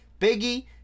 Biggie